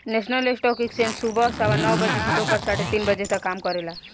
national stock exchange सुबह सवा नौ बजे से दोपहर साढ़े तीन बजे तक काम करेला